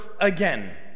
again